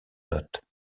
note